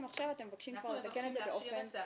עכשיו אתם מבקשים לתקן את זה באופן קבוע.